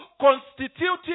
constituting